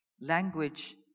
language